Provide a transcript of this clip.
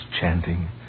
chanting